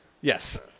Yes